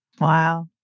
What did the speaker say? Wow